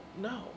No